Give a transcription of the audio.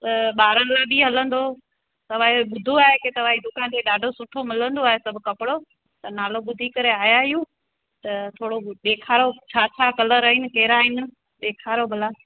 त ॿारनि लाइ बि हलंदो तव्हांजो ॿुधो आहे की तव्हांजे दुकान ते ॾाढो सुठो मिलंदो आहे सभु कपिड़ो त नालो ॿुधी करे आया आहियूं त थोरो बि ॾेखारो छा छा कलर आहिनि कहिड़ा आहिनि ॾेखारो भला